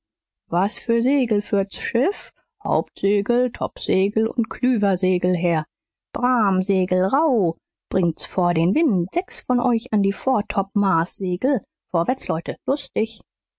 was für segel führt's schiff hauptsegel toppsegel und klüversegel herr bramsegel rauh bringt's vor den wind sechs von euch an die vortopmarssegel vorwärts leute lustig